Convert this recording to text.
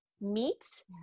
meat